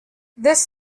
this